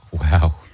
Wow